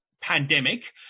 pandemic